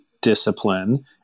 discipline